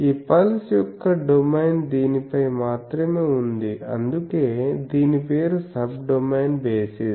ఈ పల్స్ యొక్క డొమైన్ దీనిపై మాత్రమే ఉంది అందుకే దీని పేరు సబ్డొమైన్ బేసిస్